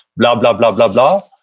blah, blah, blah, blah, blah.